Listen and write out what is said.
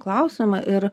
klausimą ir